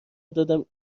دادم